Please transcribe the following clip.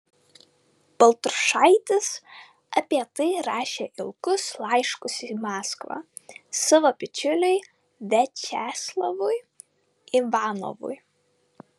baltrušaitis apie tai rašė ilgus laiškus į maskvą savo bičiuliui viačeslavui ivanovui